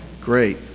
Great